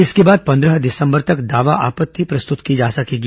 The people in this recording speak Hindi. इसके बाद पंद्रह दिसंबर तक दावा आपत्ति प्रस्तुत की जा सकेगी